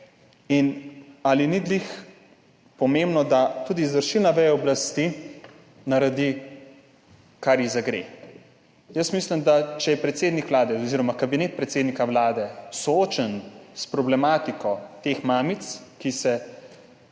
Ali ni pomembno, da tudi izvršilna veja oblasti naredi, kar mora? Jaz mislim, da če je predsednik Vlade oziroma Kabinet predsednika vlade soočen s problematiko teh mamic, ki